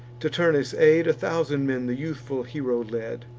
to turnus' aid a thousand men the youthful hero led,